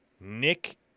Nick